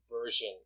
version